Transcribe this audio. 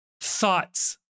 thoughts